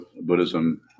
Buddhism